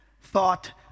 thought